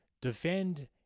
defend